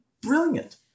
brilliant